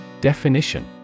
Definition